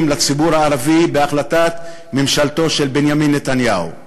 לציבור הערבי בהחלטת ממשלתו של בנימין נתניהו.